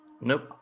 Nope